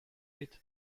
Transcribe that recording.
dit